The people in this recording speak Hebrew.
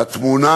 התמונה